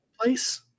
place